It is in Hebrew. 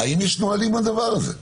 האם יש נוהלים לדבר הזה?